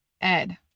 Ed